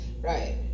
Right